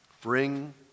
Bring